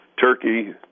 turkey